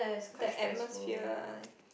the atmosphere